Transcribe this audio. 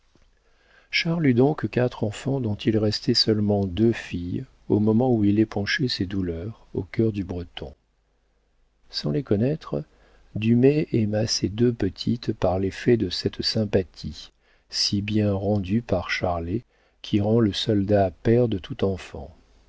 eut donc quatre enfants dont il restait seulement deux filles au moment où il épanchait ses douleurs au cœur du breton sans les connaître dumay aima ces deux petites par l'effet de cette sympathie si bien rendue par charles qui rend le soldat père de tout enfant